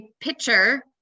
picture